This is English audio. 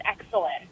excellent